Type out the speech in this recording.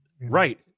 Right